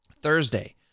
Thursday